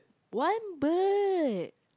one bird